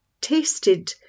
tasted